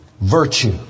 virtue